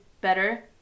better